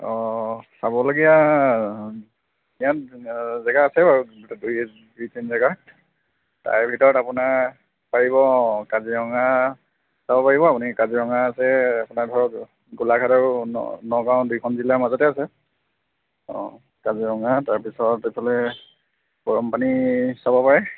অঁ চাবলগীয়া ইয়াত জেগা আছে বাৰু ইয়াত দুই তিনি জেগা তাৰে ভিতৰত আপোনাৰ পাৰিব অঁ কাজিৰঙা চাব পাৰিব আপুনি কাজিৰঙা আছে আপোনাৰ ধৰক গোলাঘাট আৰু নগাঁও দুইখন জিলাৰ মাজতে আছে অঁ কাজিৰঙা তাৰপিছত এইফালে গৰমপানী চাব পাৰে